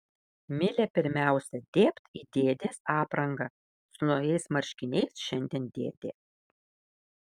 milė pirmiausia dėbt į dėdės aprangą su naujais marškiniais šiandien dėdė